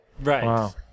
Right